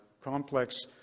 complex